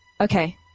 Okay